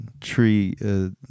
tree